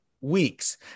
weeks